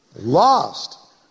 Lost